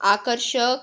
आकर्षक